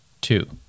two